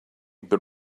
but